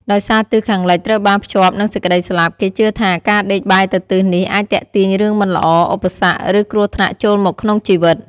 ដោយសារទិសខាងលិចត្រូវបានភ្ជាប់នឹងសេចក្ដីស្លាប់ គេជឿថាការដេកបែរទៅទិសនេះអាចទាក់ទាញរឿងមិនល្អ ឧបសគ្គ ឬគ្រោះថ្នាក់ចូលមកក្នុងជីវិត។